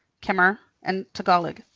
kamar, and tagalog.